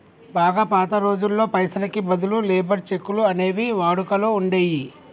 బాగా పాత రోజుల్లో పైసలకి బదులు లేబర్ చెక్కులు అనేవి వాడుకలో ఉండేయ్యి